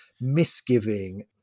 misgiving